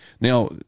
now